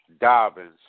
Dobbins